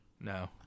no